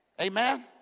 Amen